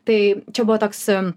tai čia buvo toks